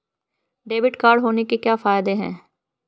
Debit card होने के क्या फायदे हैं?